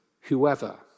whoever